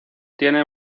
tiene